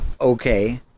okay